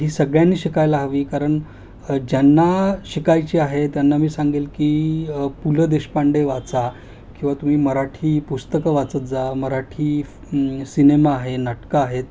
ही सगळ्यांनी शिकायला हवी कारण ज्यांना शिकायची आहे त्यांना मी सांगेल की पुल देशपांडे वाचा किंवा तुम्ही मराठी पुस्तकं वाचत जा मराठी सिनेमा आहे नाटकं आहेत